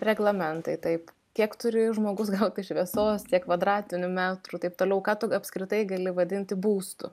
reglamentai taip kiek turi žmogus gauti šviesos tiek kvadratinių metrų taip toliau ką tu apskritai gali vadinti būstu